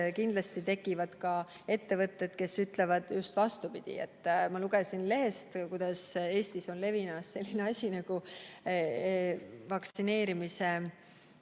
Kindlasti tekivad ka ettevõtted, kes ütlevad just vastupidi. Ma lugesin lehest, kuidas Eestis on levimas selline asi nagu jutt